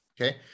Okay